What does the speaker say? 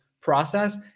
process